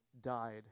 died